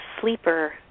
sleeper